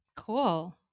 cool